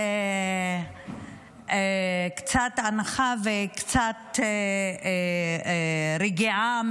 קצת אנחה וקצת רגיעה,